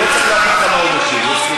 הוא לא צריך להגיד כמה הוא, מפחד.